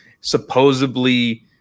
Supposedly